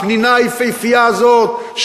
הפנינה היפהפייה הזאת,